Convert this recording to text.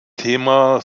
thema